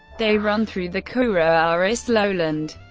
they run through the kura-aras lowland.